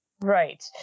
Right